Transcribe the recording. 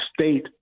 state